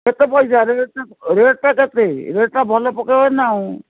କେତେ ପଇସା ରେଟ୍ଟା ରେଟ୍ଟା କେତେ ରେଟ୍ଟା ଭଲ ପକେଇବ ନା ଆଉ